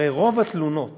הרי רוב התלונות